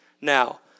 now